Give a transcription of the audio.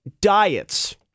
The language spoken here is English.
diets